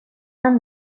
چند